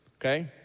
okay